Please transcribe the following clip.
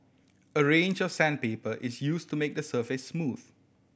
a range of sandpaper is used to make the surface smooth